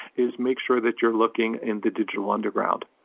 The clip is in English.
is make sure that you're looking in the digital underground.